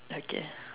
okay